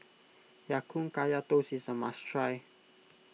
Ya Kun Kaya Toast is a must try